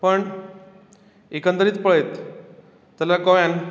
पण एकंदरीत पळयत जाल्यार गोंयांत